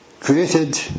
created